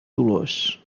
dolors